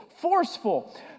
forceful